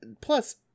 plus